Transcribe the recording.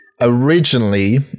originally